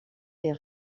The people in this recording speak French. est